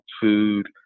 food